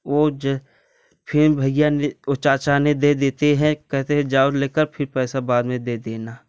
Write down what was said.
और जे फिर भईया ने वो चाचा ने दे देते है कहते हैं जाओ लेकर फिर पैसा बाद में दे देना